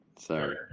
sorry